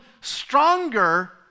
stronger